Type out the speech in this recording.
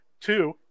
Two